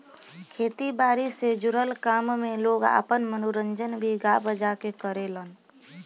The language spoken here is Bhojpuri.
खेती बारी से जुड़ल काम में लोग आपन मनोरंजन भी गा बजा के करेलेन